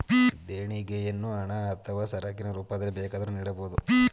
ದೇಣಿಗೆಯನ್ನು ಹಣ ಅಥವಾ ಸರಕಿನ ರೂಪದಲ್ಲಿ ಬೇಕಾದರೂ ನೀಡಬೋದು